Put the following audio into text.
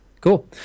Cool